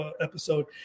episode